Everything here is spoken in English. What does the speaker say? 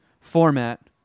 format